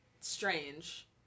strange